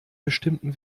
bestimmten